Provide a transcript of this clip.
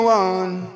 one